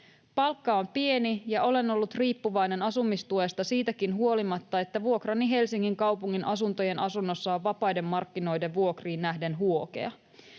Palkka on pieni, ja olen ollut riippuvainen asumistuesta siitäkin huolimatta, että vuokrani Helsingin kaupungin asuntojen asunnossa on vapaiden markkinoiden vuokriin nähden huokea.